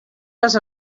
les